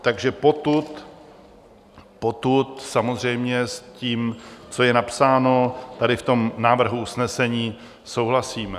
Takže potud samozřejmě s tím, co je napsáno tady v tom návrhu usnesení, souhlasíme.